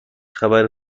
خبر